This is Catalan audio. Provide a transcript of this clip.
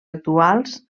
actuals